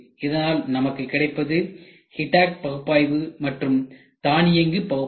இதனால் நமக்கு கிடைப்பது கிட்டக் பகுப்பாய்வு மற்றும் தானியங்கு பகுப்பாய்வு